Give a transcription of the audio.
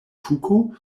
tuko